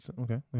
okay